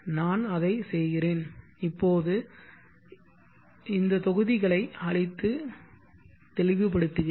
நான் அதை செய்கிறேன் இந்த தொகுதிகளை அழித்து தெளிவுபடுத்துகிறேன்